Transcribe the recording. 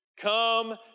Come